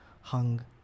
hung